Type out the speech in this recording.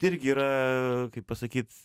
irgi yra kaip pasakyt